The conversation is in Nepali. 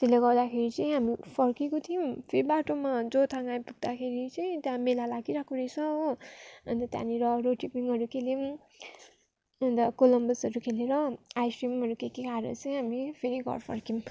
त्यसले गर्दाखेरि चाहिँ हामी फर्केको थियौँ फेरि बाटोमा जोरथाङ आइपुग्दाखेरि चाहिँ त्यहाँ मेला लागिरहेको रहेछ हो अन्त त्यहाँनिर रोटेपिङहरू खेल्यौँ अन्त कोलोम्बसहरू खेलेर आइसक्रिमहरू के के खाएर चाहिँ हामी फेरि घर फर्कियौँ